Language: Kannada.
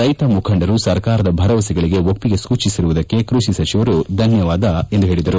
ರೈತ ಮುಖಂಡರು ಸರ್ಕಾರದ ಭರವಸೆಗಳಿಗೆ ಒಪ್ಪಿಗೆ ಸೂಜಿಸಿರುವುದಕ್ಕೆ ಕೃಷಿ ಸಚಿವರು ಧನ್ವವಾದ ಅರ್ಪಿಸಿದರು